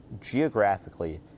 geographically